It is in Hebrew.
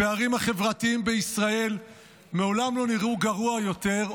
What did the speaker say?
הפערים החברתיים בישראל מעולם לא נראו גרוע יותר,